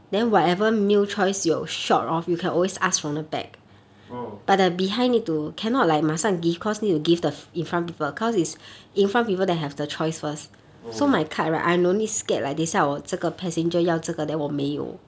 oh oh